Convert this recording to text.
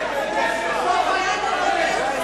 לא חייב עכשיו.